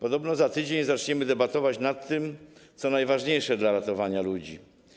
Podobno za tydzień zaczniemy debatować nad tym, co najważniejsze dla ratowania ludzi.